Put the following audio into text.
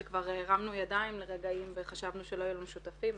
שלום לכולם.